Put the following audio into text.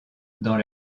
dans